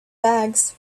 bags